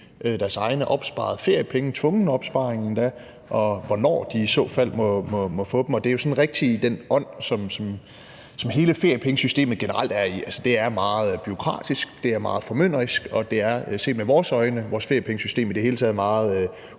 deres egne opsparede feriepenge, tvungen opsparing endda, og om, hvornår de i så fald må få dem. Det er jo sådan den ånd, som hele feriepengesystemet generelt virker i. Altså, det er meget bureaukratisk, det er meget formynderisk, og det er – vores feriepengesystem i det hele taget – set